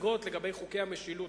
השגות לגבי חוקי המשילות,